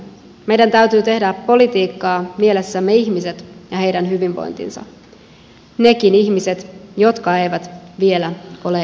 meidän täytyy tehdä politiikkaa mielessämme ihmiset ja heidän hyvinvointinsa nekin ihmiset jotka eivät vielä ole edes syntyneet